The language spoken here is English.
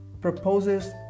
proposes